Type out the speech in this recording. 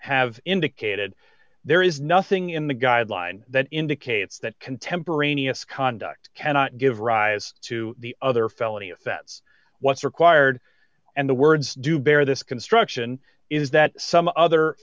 have indicated there is nothing in the guideline that indicates that contemporaneous conduct cannot give rise to the other felony if that's what's required and the words do bear this construction is that some other